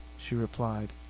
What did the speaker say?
she replied.